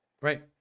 Right